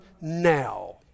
now